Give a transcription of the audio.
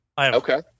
Okay